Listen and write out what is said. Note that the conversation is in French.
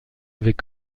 avait